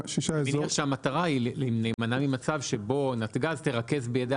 --- המטרה היא להימנע ממצב שבו נתג"ז תרכז בידיה